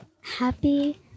happy